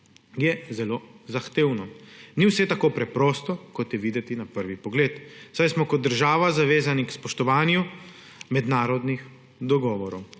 je zelo zahtevno. Ni vse tako preprosto, kot je videti na prvi pogled, saj smo kot država zavezani k spoštovanju mednarodnih dogovorov.